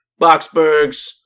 Boxburgs